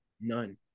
None